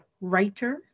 writer